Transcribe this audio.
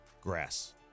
Grass